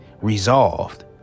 resolved